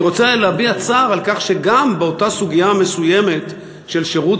אני רוצה להביע צער על כך שגם באותה סוגיה מסוימת של שירות